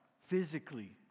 physically